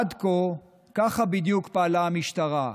עד כה ככה בדיוק פעלה המשטרה.